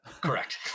Correct